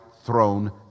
throne